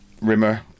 Rimmer